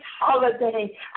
holiday